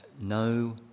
no